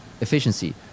efficiency